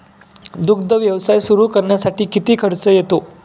दुग्ध व्यवसाय सुरू करण्यासाठी किती खर्च येतो?